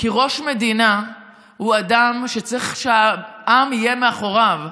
כי ראש מדינה הוא אדם שצריך שהעם יהיה מאחוריו,